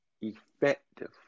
effective